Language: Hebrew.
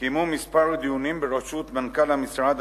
קיימו כמה דיונים בראשות מנכ"ל המשרד,